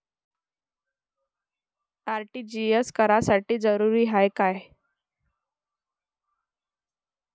RTGS करासाठी cheque जरुरीचा हाय काय?